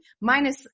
Minus